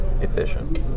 efficient